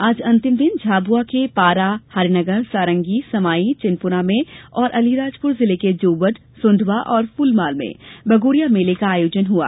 आज अंतिम दिन झाबुआ के पारा हरिनगर सारंगी समाई चेनपुरा में और अलीराजपुर जिले के जोबट सोण्डवा और फूलमाल में भगोरिया मेले का आयोजन हुआ